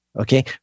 okay